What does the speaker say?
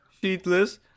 sheetless